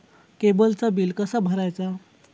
केबलचा बिल कसा भरायचा?